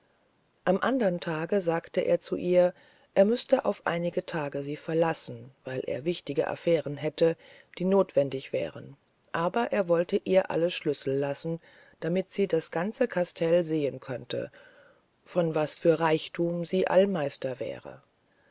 am andern tage sagte er zu ihr er müßt auf einige tage sie verlassen weil er wichtige affairen hätte die nothwendig wären aber er wolle ihr alle schlüssel lassen damit sie das ganze castell sehen könnte von was für reichthum sie all meister wär